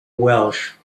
welsh